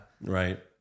Right